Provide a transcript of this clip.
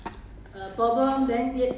做么你的工 like 做不完 hor